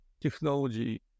technology